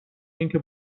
اینکه